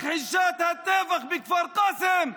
מכחישת הטבח בכפר קאסם,